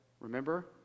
remember